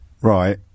right